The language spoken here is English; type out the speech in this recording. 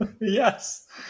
Yes